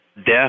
death